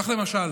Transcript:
כך למשל